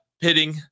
pitting